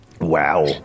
Wow